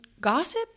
gossip